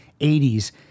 80s